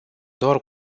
doar